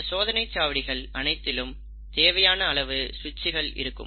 இந்த சோதனைச் சாவடிகள் அனைத்திலும் தேவையான அளவு சுவிட்சுகள் இருக்கும்